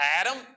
Adam